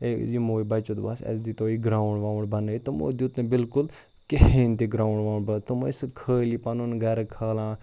A یِمووُے بَچو دوٚپہَس اَسہِ دیٖتو یہِ گرٛاوُںٛڈ واوُںٛڈ بَنٲوِتھ تِمو دیُت نہٕ بلکل کِہیٖنۍ تہِ گرٛاوُنٛڈ واوُنٛڈ تم ٲسۍ خٲلی پَنُن گَرٕ کھالان